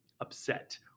upset